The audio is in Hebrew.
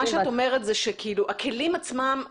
מה שאת אומרת זה שהכלים עצמם,